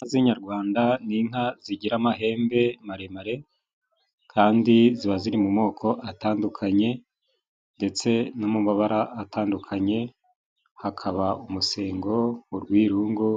Inka z'inyarwanda ni inka zigira amahembe maremare kandi ziba ziri mu moko atandukanye, ndetse no mu mabara atandukanye hakaba: umusengo, urwirungu,